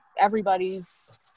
everybody's